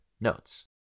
notes